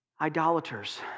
idolaters